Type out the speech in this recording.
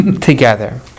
together